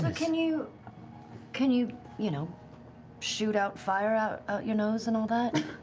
but can you can you you know shoot out fire out out your nose, and all that?